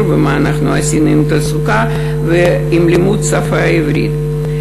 ומה עשינו בנושא התעסוקה ולימוד השפה העברית.